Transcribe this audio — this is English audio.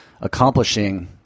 accomplishing